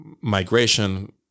migration